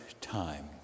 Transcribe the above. time